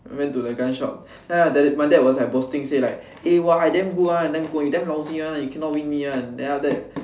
went to the gun shop then after that my dad was like boasting say like eh !wah! I damn good [one] damn good [one] you damn lousy cannot win me [one] then after that